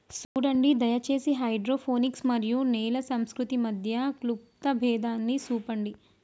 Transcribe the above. సూడండి దయచేసి హైడ్రోపోనిక్స్ మరియు నేల సంస్కృతి మధ్య క్లుప్త భేదాన్ని సూపండి